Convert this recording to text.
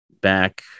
back